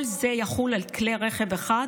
כל זה יחול על כלי רכב אחד